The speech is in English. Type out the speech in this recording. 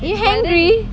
you hungry